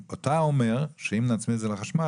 אתה אומר שאם נצמיד את זה לחשמל,